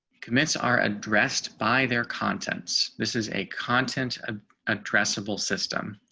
commits are addressed by their contents. this is a content ah addressable system.